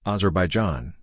Azerbaijan